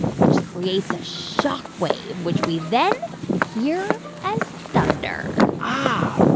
which creates a shock wave, which we then hear as thunder ah,